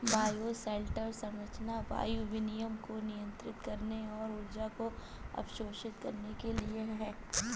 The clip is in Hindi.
बायोशेल्टर संरचना वायु विनिमय को नियंत्रित करने और ऊर्जा को अवशोषित करने के लिए है